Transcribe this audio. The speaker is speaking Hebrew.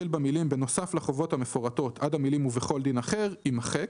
החל במילים "בנוסף לחובות המפורטות" עד המילים "ובכל דין אחר" - יימחק."